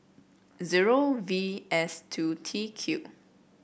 zero V S two T Q